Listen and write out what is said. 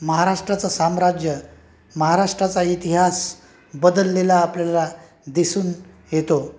महाराष्ट्राचं साम्राज्य महाराष्ट्राचा इतिहास बदललेला आपल्याला दिसून येतो